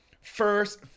First